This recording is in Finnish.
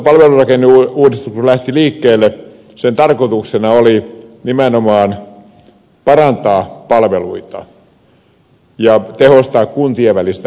kun kuntapalvelurakenneuudistus lähti liikkeelle sen tarkoituksena oli nimenomaan parantaa palveluita ja tehostaa kuntien välistä yhteistyötä